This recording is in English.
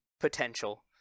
Potential